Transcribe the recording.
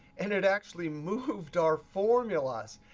and it actually moved our formulas.